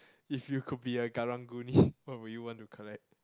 if you could be a Karang-Guni what would you want to collect